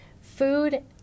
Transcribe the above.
Food